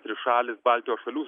trišalis baltijos šalių